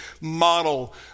model